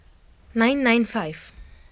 nine nine five